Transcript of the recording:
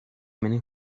many